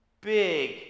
big